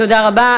תודה רבה.